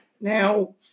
Now